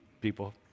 people